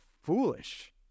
foolish